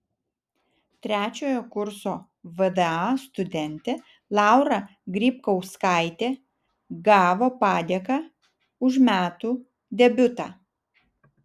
trečiojo kurso vda studentė laura grybkauskaitė gavo padėką už metų debiutą